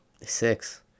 Six